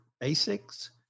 basics